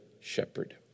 shepherd